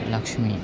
Lakshmi